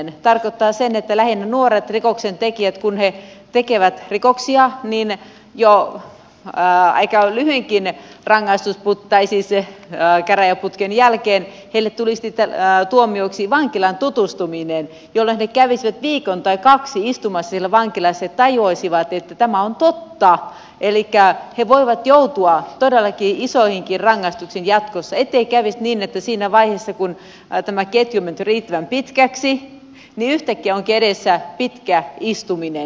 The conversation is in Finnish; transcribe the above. se tarkoittaa sitä että lähinnä nuorille rikoksentekijöille kun he tekevät rikoksia viime joulu ja ikä vin inkinen jo aika lyhyenkin käräjäputken jälkeen tulisi tuomioksi vankilaan tutustuminen jolloin he kävisivät viikon tai kaksi istumassa siellä vankilassa ja tajuaisivat että tämä on totta elikkä he voivat joutua todella isoihinkin rangaistuksiin jatkossa ettei kävisi niin että siinä vaiheessa kun tämä ketju on mennyt riittävän pitkäksi yhtäkkiä onkin edessä pitkä istuminen